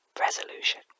Resolution